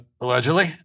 allegedly